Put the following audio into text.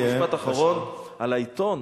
רבותי, משפט אחרון על העיתון,